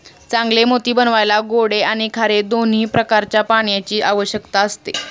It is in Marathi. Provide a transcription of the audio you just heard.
चांगले मोती बनवायला गोडे आणि खारे दोन्ही प्रकारच्या पाण्याची आवश्यकता असते